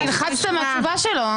נלחצת מהתשובה שלו.